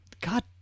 God